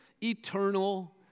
eternal